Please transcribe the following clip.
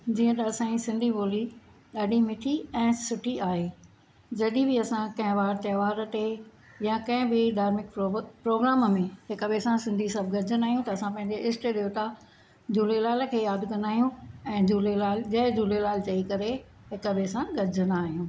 जीअं त असांजी सिंधी ॿोली ॾाढी मिठी ऐं सुठी आहे जॾहिं बि असां कंहिं वार त्योहार ते या कंहिं बि धर्मिक प्रोग्राम में हिक ॿिए सां सिंधी सभु गॾिजंदा आहियूं त असां पंहिंजे ईष्टु देवता झूलेलाल खे यादि कंदा आहियूं ऐं झूलेलाल जय झूलेलाल चई करे हिक ॿिए सां गॾिजंदा आहियूं